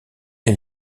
est